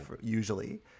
usually